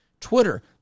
Twitter